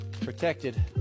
protected